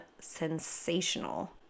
sensational